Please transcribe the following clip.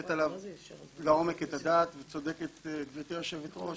לתת עליו לעומק את הדעת וצודקת גבירתי היושבת-ראש